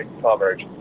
coverage